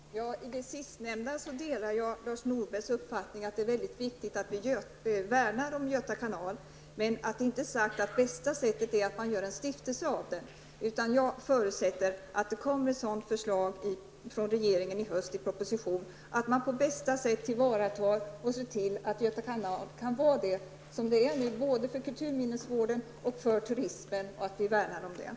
Herr talman! I det sistnämnda delar jag Lars Norbergs uppfattning. Det är viktigt att vi värnar om Göta kanal. Därmed är dock inte sagt att bästa sättet är att göra en stiftelse av den. Jag förutsätter att det kommer ett förslag från regeringen i proposition i höst, där man på bästa sätt tillvaratar intressena och ser till att Göta kanal kan fungera som nu både för kulturminnesvården och turismen och att vi värnar om den.